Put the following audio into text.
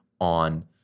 on